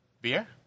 beer